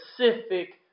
specific